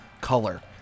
color